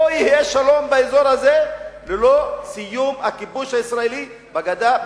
לא יהיה שלום באזור הזה ללא סיום הכיבוש הישראלי בגדה,